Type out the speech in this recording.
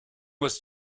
was